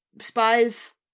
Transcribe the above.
Spies